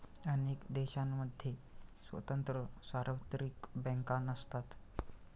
अनेक देशांमध्ये स्वतंत्र सार्वत्रिक बँका नसतात